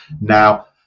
Now